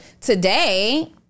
Today